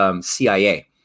CIA